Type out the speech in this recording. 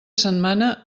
setmana